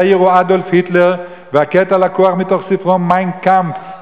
הצעיר הוא אדולף היטלר והקטע לקוח מתוך ספרו 'מיין קאמפף'".